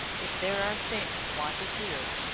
if there are things wanted here,